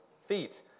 feet